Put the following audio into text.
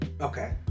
okay